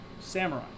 Samurai